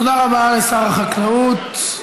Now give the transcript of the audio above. תודה רבה לשר החקלאות.